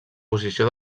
posició